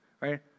right